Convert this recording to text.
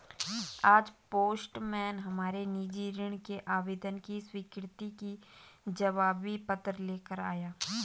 आज पोस्टमैन हमारे निजी ऋण के आवेदन की स्वीकृति का जवाबी पत्र ले कर आया